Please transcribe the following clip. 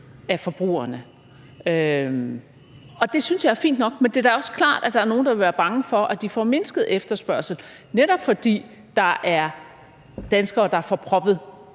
af forbrugerne. Og det synes jeg er fint nok, men det er da også klart, at der er nogen, der vil være bange for, at de får mindsket efterspørgsel, netop fordi der er danskere, som får proppet